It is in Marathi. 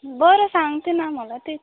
बरं सांगते ना मला तर येते